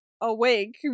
awake